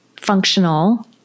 functional